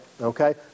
Okay